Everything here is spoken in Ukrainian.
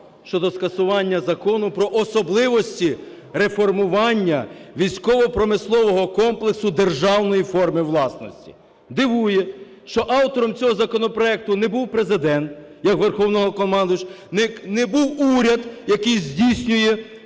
щодо скасування Закону про особливості реформування військово-промислового комплексу державної форми власності? Дивує, що автором цього законопроекту не був Президент як Верховний Головнокомандувач, не був уряд, який здійснює